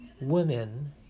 women